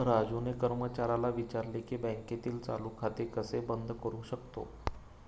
राजूने कर्मचाऱ्याला विचारले की बँकेतील चालू खाते कसे बंद करू शकतो?